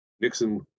Nixon